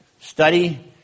study